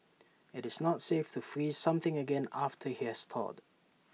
IT is not safe to freeze something again after IT has thawed